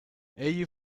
egli